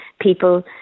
people